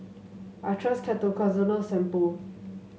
I trust Ketoconazole Shampoo